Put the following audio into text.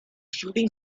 shooting